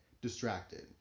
Distracted